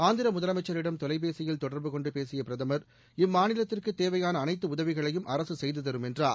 ஆந்திர முதலமைச்சரிடம் தொலைபேசியில் தொடர்பு கொண்டு பேசிய பிரதமா் இம்மாநிலத்திற்கு தேவையான அனைத்து உதவிகளையும் அரசு செய்து தரும் என்றார்